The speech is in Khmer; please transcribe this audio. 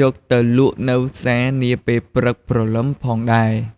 យកទៅលក់នៅផ្សារនាពេលព្រឹកព្រលឹមផងដែរ។